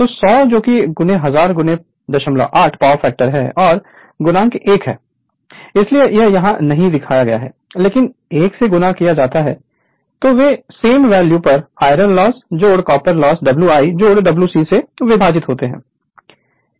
तो 100 जो कि 1000 08 पावर फैक्टर है और x 1 है इसलिए यह यहां नहीं दिखाया गया है लेकिन 1 से गुणा किया जाता है वे same value iron loss copper loss Wi WC से विभाजित होते हैं